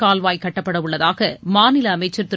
கால்வாய் கட்டப்படவுள்ளதாக மாநில அமைச்சர் திரு